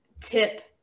tip